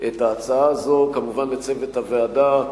את ההצעה הזאת, כמובן לצוות הוועדה,